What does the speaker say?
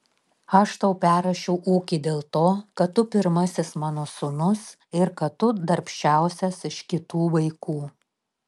aš tau perrašiau ūkį dėl to kad tu pirmasis mano sūnus ir kad tu darbščiausias iš kitų vaikų